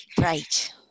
Right